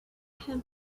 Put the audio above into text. have